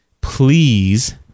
please